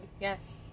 Yes